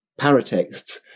paratexts